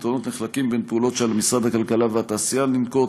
הפתרונות נחלקים בין פעולות שעל משרד הכלכלה והתעשייה לנקוט